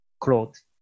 cloth